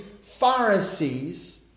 Pharisees